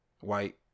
white